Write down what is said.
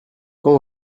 quand